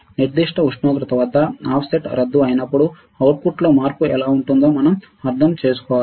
నిర్దిష్ట ఉష్ణోగ్రత వద్ద ఆఫ్సెట్ రద్దు అయినప్పుడు అవుట్పుట్లో మార్పు ఎలా ఉంటుందో మనం అర్థం చేసుకోవాలి